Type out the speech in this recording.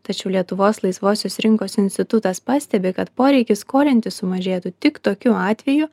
tačiau lietuvos laisvosios rinkos institutas pastebi kad poreikis skolintis sumažėtų tik tokiu atveju